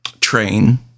train